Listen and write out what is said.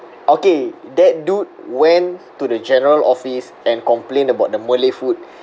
okay that dude went to the general office and complain about the malay food